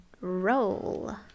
roll